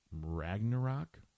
Ragnarok